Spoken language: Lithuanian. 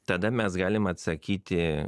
tada mes galim atsakyti